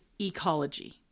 ecology